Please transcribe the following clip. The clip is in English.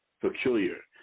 peculiar